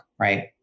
Right